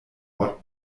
ort